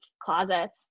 closets